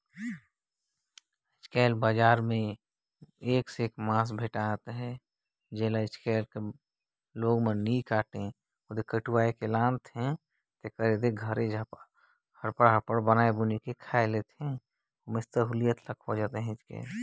कटे वाला मांस ल बेसाए में ओला घर में लायन के काटे के झंझट नइ रहें